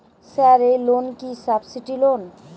Sir এই loan কি subsidy loan?